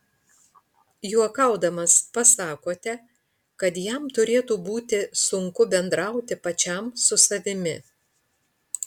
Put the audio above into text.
juokaudamas pasakote kad jam turėtų būti sunku bendrauti pačiam su savimi